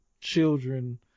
children